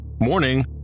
Morning